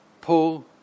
Paul